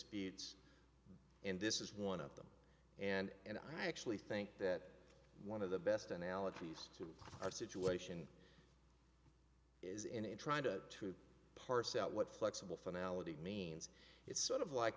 speeds and this is one of them and i actually think that one of the best analogies to our situation is in in trying to parse out what flexible finality means it's sort of like